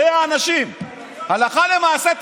זה האנשים, הלכה למעשה.